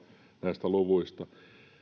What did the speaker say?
näistä luvuista